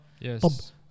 Yes